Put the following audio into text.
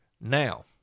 Now